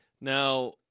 Now